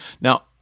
Now